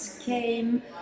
came